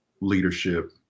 leadership